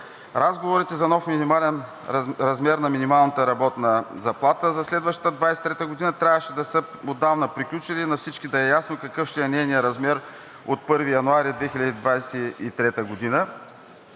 Разговорите за нов минимален размер на минималната работна заплата за следващата 2023 г. трябваше да са отдавна приключили и на всички да е ясно какъв ще е нейният размер от 1 януари 2023 г.